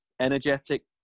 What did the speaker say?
energetic